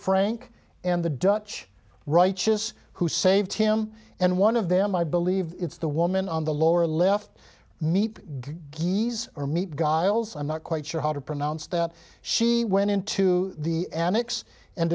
frank and the dutch righteous who saved him and one of them i believe it's the woman on the lower left meat these are meat godel's i'm not quite sure how to pronounce that she went into the enix and